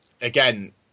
again